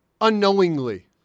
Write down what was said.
unknowingly